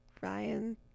Ryan